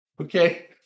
Okay